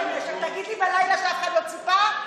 תגיד לי בלילה שאף אחד לא ציפה?